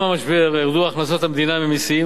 בשל המשבר ירדו הכנסות המדינה ממסים,